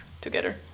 together